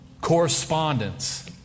correspondence